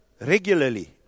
regularly